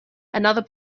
another